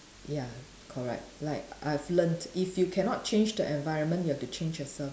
ya correct like I've learnt if you cannot change the environment you have to change yourself